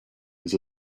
his